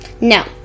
no